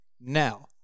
Now